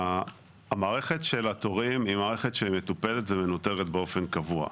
המערכת של התורים היא מערכת שמטופלת ומנוטרת באופן קבוע.